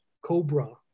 Cobra